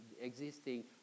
existing